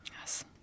Yes